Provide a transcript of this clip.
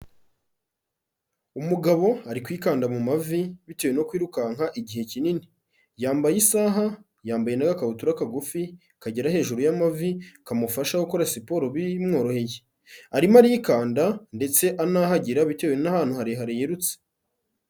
Umugabo ari kwikanda mu mavi bitewe no kwirukanka igihe kinini, yambaye isaha yambaye n'akabutura kagufi kagera hejuru y'amavi kamufasha gukora siporo bimworoheye, arimo arikanda ndetse anahagira bitewe n'ahantu harehareriye yirutse.